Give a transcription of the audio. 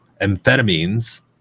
amphetamines